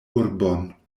urbon